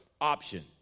option